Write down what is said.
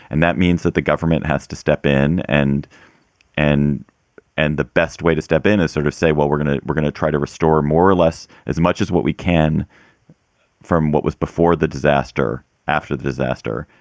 and that means that the government has to step in. and and and the best way to step in is sort of say, well, we're going to we're going to try to restore more or less as much as what we can from what was before the disaster, after the disaster.